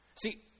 See